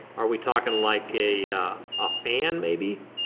are we talking like a ah fan maybe?